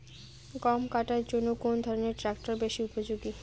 গম কাটার জন্য কোন ধরণের ট্রাক্টর বেশি উপযোগী?